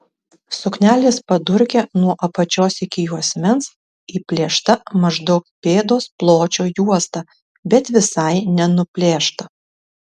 suknelės padurke nuo apačios iki juosmens įplėšta maždaug pėdos pločio juosta bet visai nenuplėšta